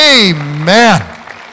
Amen